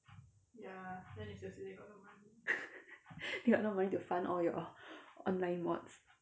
they got no money to fund all your online mods